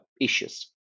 issues